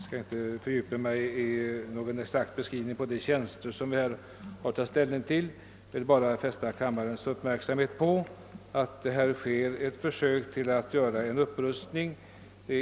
Herr talman! Jag skall inte fördjupa mig i någon exakt beskrivning av de tjänster vi nu har att ta ställning till utan vill bara fästa kammarledamöternas uppmärksamhet på att det rör sig om en fortsatt upprustning.